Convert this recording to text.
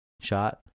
shot